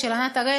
של ענת הראל,